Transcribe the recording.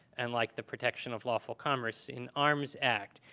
and like the protection of lawful commerce in arms act.